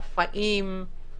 מופעים,